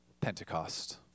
Pentecost